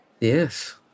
Yes